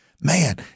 Man